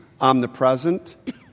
omnipresent